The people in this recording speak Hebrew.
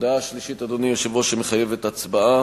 הודעה שלישית, אדוני היושב-ראש, שמחייבת הצבעה.